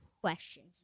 questions